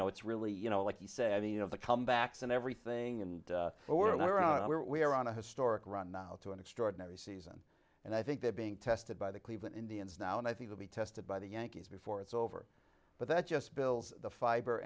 know it's really you know like you said you know the comebacks and everything and were on where we are on a historic run now to an extraordinary season and i think they're being tested by the cleveland indians now and i think will be tested by the yankees before it's over but that just builds the fiber